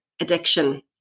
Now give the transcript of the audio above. addiction